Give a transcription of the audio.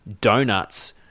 donuts